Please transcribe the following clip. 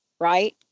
Right